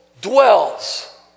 dwells